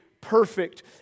perfect